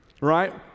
right